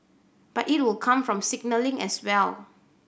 but it will come from signalling as well